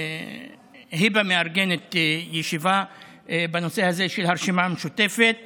היבה מארגנת ישיבה של הרשימה המשותפת